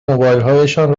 موبایلهایشان